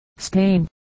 Spain